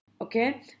okay